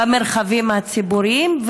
במרחבים הציבוריים,